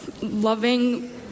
loving